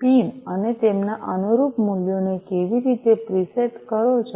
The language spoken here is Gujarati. પિન અને તેમના અનુરૂપ મૂલ્યોને કેવી રીતે પ્રીસેટ કરો છો